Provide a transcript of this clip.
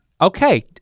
okay